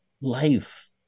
Life